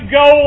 go